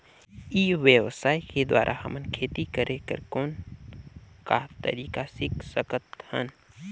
ई व्यवसाय के द्वारा हमन खेती करे कर कौन का तरीका सीख सकत हन?